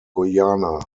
guyana